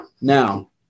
Now